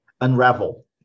unravel